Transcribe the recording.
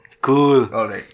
Cool